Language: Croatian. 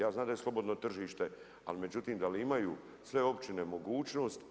Ja znam da je slobodno tržište, ali međutim da li imaju sve općine mogućnost?